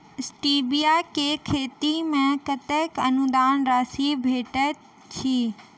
Stevia केँ खेती मे कतेक अनुदान राशि भेटैत अछि?